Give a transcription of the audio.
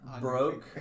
broke